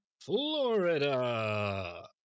Florida